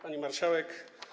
Pani Marszałek!